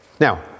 Now